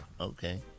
Okay